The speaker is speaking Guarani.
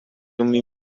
umi